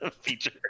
feature